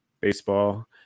baseball